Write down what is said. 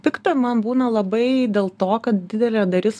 pikta man būna labai dėl to kad didelė dalis